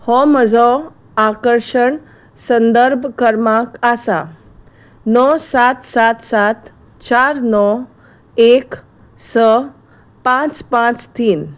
हो म्हजो आकर्शण संदर्भ क्रमांक आसा णव सात सात सात चार णव एक स पांच पांच तीन